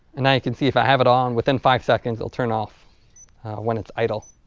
and now you can see if i have it on within five seconds it'll turn off when it's idle